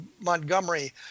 Montgomery